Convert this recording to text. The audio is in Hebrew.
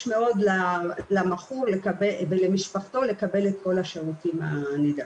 מאוד למכור ולמשפחתו לקבל את כל השירותים הנדרשים.